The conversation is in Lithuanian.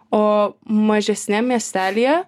o mažesniam miestelyje